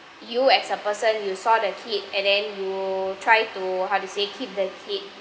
you as a person you saw the kid and then you try to how to say keep the kid